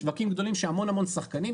שווקים גדולים של המון המון שחקנים.